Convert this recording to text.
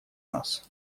нас